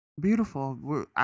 Beautiful